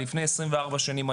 עליתי לפני 24 שנים,